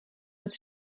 het